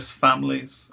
families